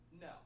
no